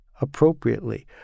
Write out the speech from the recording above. appropriately